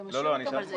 אתה משאיר אותם בחוץ.